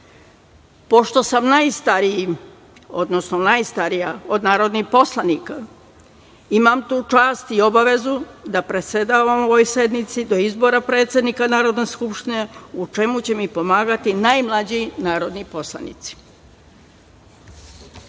odnosno najstarija od narodnih poslanika, imam tu čast i obavezu da predsedavam ovoj sednici do izbora predsednika Narodne skupštine u čemu će mi pomagati najmlađi narodni